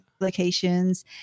locations